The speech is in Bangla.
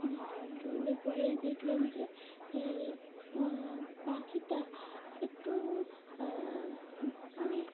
তুলের পরেই দেখলাম যে পাখিটা একটু মানে